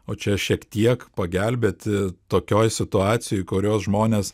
o čia šiek tiek pagelbėti tokioj situacijoj kurios žmonės